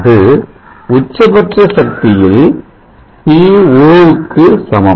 அது உச்சபட்ச சக்தியில் P0 க்கு சமம்